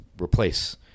replace